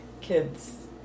kids